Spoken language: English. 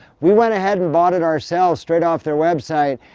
we went ahead and bought it ourselves straight off their website,